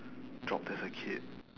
dropped as a kid